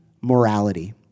morality